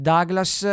Douglas